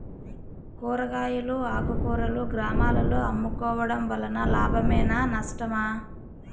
కూరగాయలు ఆకుకూరలు గ్రామాలలో అమ్ముకోవడం వలన లాభమేనా నష్టమా?